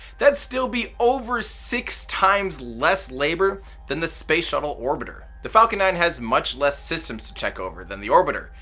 that'd still be over six times less labor than the space shuttle orbiter. the falcon nine has much less systems to check over than the orbiter,